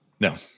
No